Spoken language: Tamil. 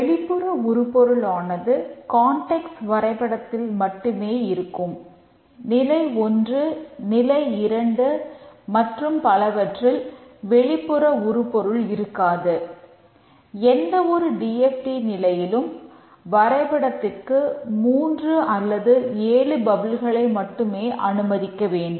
வெளிப்புற உருப்பொருளானது கான்டெக்ஸ்ட் மட்டுமே அனுமதிக்க வேண்டும்